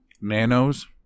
Nanos